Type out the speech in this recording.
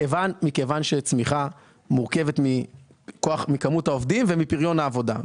מכיוון שצמיחה מורכבת מכוח מכמות העובדים ומפריון העבודה.